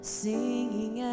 singing